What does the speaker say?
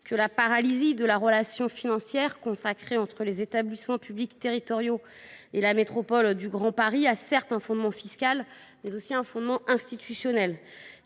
La paralysie de la relation financière entre les établissements publics territoriaux (EPT) et la métropole du Grand Paris a certes un fondement fiscal, mais elle a aussi un fondement institutionnel.